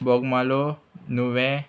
Bogmalo Nuvem